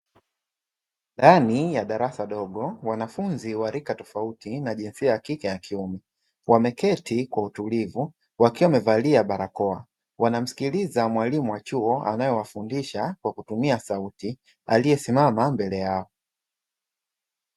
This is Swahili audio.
Ndani ya darasa dogo, wanafunzi wa rika tofauti na jinsia ya kike na ya kiume wameketi kwa utulivu wakiwa wamevalia barakoa. Wanamsikiliza mwalimu wa chuo anayewafundisha kwa kutumia sauti, aliyesimama mbele yao.